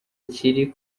kiri